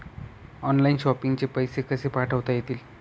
Online shopping चे पैसे कसे पाठवता येतील?